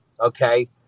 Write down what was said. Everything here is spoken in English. Okay